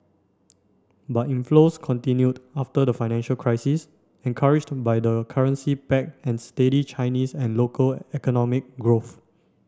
but inflows continued after the financial crisis encouraged by the currency peg and steady Chinese and local economic growth